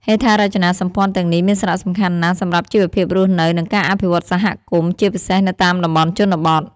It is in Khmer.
ហេដ្ឋារចនាសម្ព័ន្ធទាំងនេះមានសារៈសំខាន់ណាស់សម្រាប់ជីវភាពរស់នៅ និងការអភិវឌ្ឍសហគមន៍ ជាពិសេសនៅតំបន់ជនបទ។